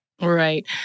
Right